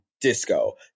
disco